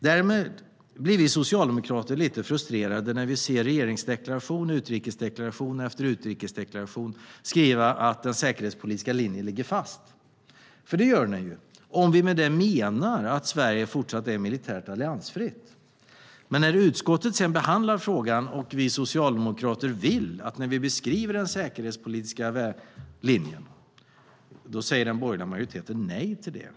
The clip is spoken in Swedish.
Därmed blir vi socialdemokrater lite frustrerade när vi ser regeringen i utrikesdeklaration efter utrikesdeklaration skriva att den säkerhetspolitiska linjen ligger fast, för det gör den ju, om vi med det menar att Sverige fortsatt är militärt alliansfritt. Men när utskottet sedan behandlar frågan och vi socialdemokrater vill att vi beskriver den säkerhetspolitiska linjen säger den borgerliga majoriteten nej till det.